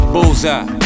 Bullseye